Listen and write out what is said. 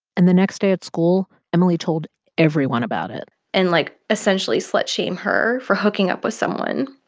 and the next day at school emily told everyone about it and, like, essentially slut shame her for hooking up with someone.